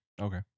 Okay